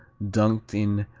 dunked in,